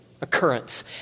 occurrence